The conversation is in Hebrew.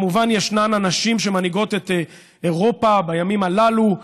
כמובן, ישנן הנשים שמנהיגות את אירופה בימים הללו: